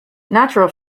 natural